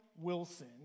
Wilson